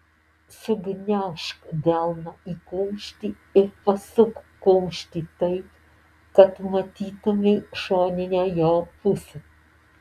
sugniaužk delną į kumštį ir pasuk kumštį taip kad matytumei šoninę jo pusę